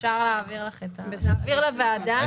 אפשר להעביר את הנתונים לוועדה.